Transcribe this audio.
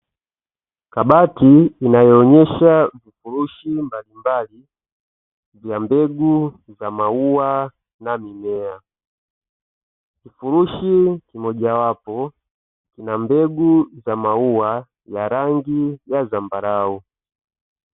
Kabati inayooneaha vifurushi mbalimbali vya mbegu za maua na mimea, kifurushi kimojawapo kina mbegu za maua ya rangi ya zambarau.